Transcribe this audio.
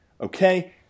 Okay